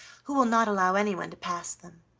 who will not allow anyone to pass them.